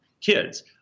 kids